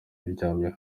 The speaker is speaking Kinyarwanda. yiryamiye